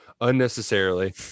unnecessarily